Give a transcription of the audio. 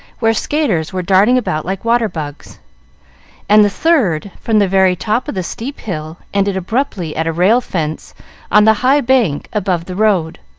where skaters were darting about like water-bugs and the third, from the very top of the steep hill, ended abruptly at a rail fence on the high bank above the road.